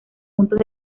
puntos